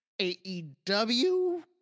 AEW